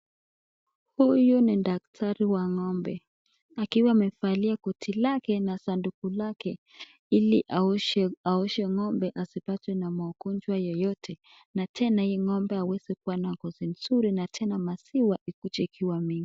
Huyu ni daktari wa ng'ombe, akiwa amevalia koti lake na sanduku lake ili aoshe ng'ombe asipatwe na maugonjwa yoyote na tena hii ng'ombe aweze kuwa na ngozi mzuri na tena maziwa ukuje ikiwa mingi.